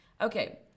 okay